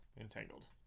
entangled